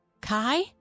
Kai